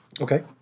Okay